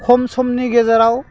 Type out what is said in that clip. खम समनि गेजेराव